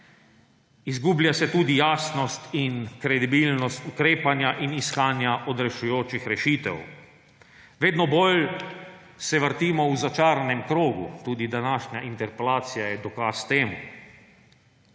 izgublja se tudi jasnost in kredibilnost ukrepanja in iskanja odrešujočih rešitev. Vedno bolj se vrtimo v začaranem krogu, tudi današnja interpelacija je dokaz temu,